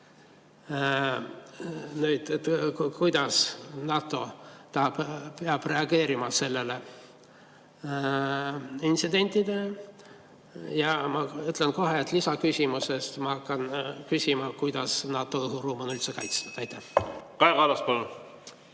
kuidas NATO peab reageerima sellele intsidendile. Ja ma ütlen kohe, et lisaküsimuses ma hakkan küsima, kuidas NATO õhuruum on üldse kaitstud. Kaja Kallas,